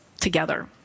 together